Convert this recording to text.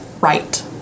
right